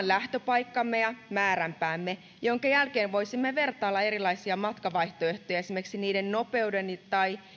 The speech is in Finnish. lähtöpaikkamme ja määränpäämme minkä jälkeen voisimme vertailla erilaisia matkavaihtoehtoja esimerkiksi niiden nopeuden tai